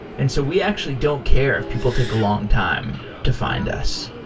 and so we actually don't care if people take a long time to find us.